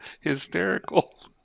Hysterical